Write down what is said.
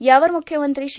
यावर मुख्यमंत्री श्री